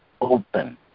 open